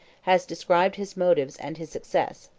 has described his motives and his success.